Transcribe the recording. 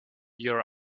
your